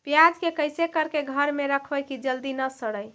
प्याज के कैसे करके घर में रखबै कि जल्दी न सड़ै?